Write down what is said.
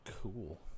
Cool